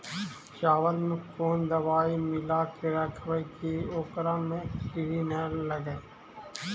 चावल में कोन दबाइ मिला के रखबै कि ओकरा में किड़ी ल लगे?